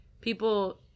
people